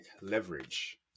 leverage